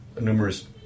numerous